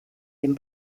dem